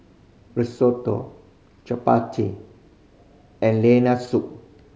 Risotto Chapati and Lentil Soup